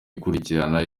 ikurikirana